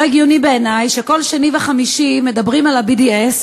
לא הגיוני בעיני שכל שני וחמישי מדברים על ה-BDS,